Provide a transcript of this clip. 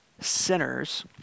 sinners